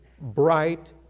bright